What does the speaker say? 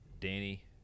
Danny